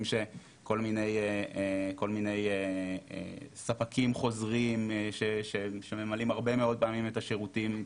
שכל מיני ספקים חוזרים שממלאים הרבה מאוד פעמים את השירותים,